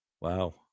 wow